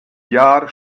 jahr